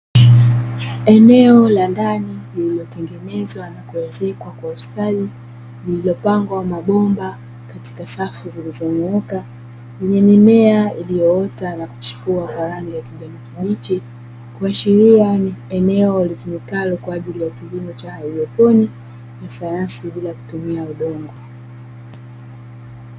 Eneo la ndani lililotengenezwa na kuezekwa kwa ustadi , lililopangwa mabomba katika safu zilizonyooka, yenye mimea iliyoota na kuchipua kwa rangi ya kijani kibichi, kuashiria ni eneo litumikalo kwa ajili ya kilimo cha haidroponi, cha sayansi bila kutumia udongo.